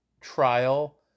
trial